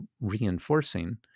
reinforcing